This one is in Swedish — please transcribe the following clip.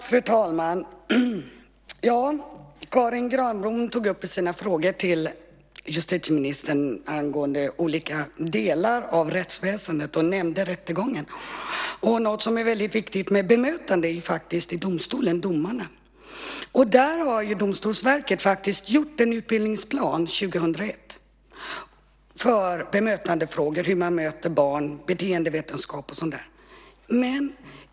Fru talman! Karin Granbom tog i sina frågor till justitieministern upp olika delar av rättsväsendet och nämnde rättegången. Något som är väldigt viktigt är bemötandet i domstolen av domarna. Domstolsverket gjorde en utbildningsplan 2001 för bemötandefrågor, hur man bemöter barn, beteendevetenskap etcetera.